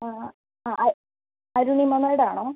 ആ ആ അരുണിമ മാഡം ആണോ